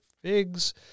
figs